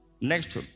Next